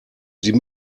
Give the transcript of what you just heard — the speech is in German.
sie